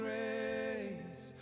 grace